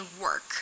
work